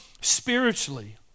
spiritually